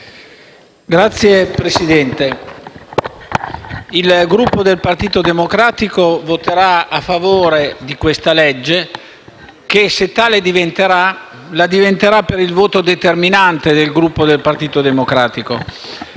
Signor Presidente, il Gruppo del Partito Democratico voterà a favore di questa legge che, se diverrà tale, lo sarà per il voto determinante del Gruppo del Partito Democratico